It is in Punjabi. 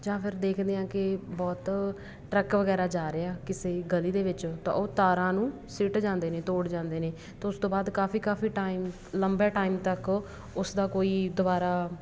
ਜਾਂ ਫਿਰ ਦੇਖਦੇ ਹਾਂ ਕਿ ਬਹੁਤ ਟਰੱਕ ਵਗੈਰਾ ਜਾ ਰਹੇ ਆ ਕਿਸੇ ਗਲੀ ਦੇ ਵਿੱਚ ਤਾਂ ਉਹ ਤਾਰਾਂ ਨੂੰ ਸਿੱਟ ਜਾਂਦੇ ਨੇ ਤੋੜ ਜਾਂਦੇ ਨੇ ਅਤੇ ਉਸ ਤੋਂ ਬਾਅਦ ਕਾਫੀ ਕਾਫੀ ਟਾਈਮ ਲੰਬੇ ਟਾਈਮ ਤੱਕ ਉਸਦਾ ਕੋਈ ਦੁਬਾਰਾ